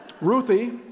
Ruthie